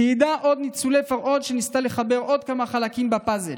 עוד כותבת עורכת המאמר,